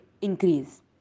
increase